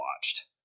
watched